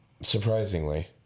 Surprisingly